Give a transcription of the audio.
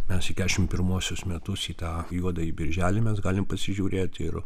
mes į keturiasdešimt pirmuosius metus į tą juodąjį birželį mes galim pasižiūrėt ir